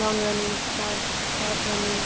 long running shot shot running